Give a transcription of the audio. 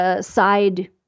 side